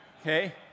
Okay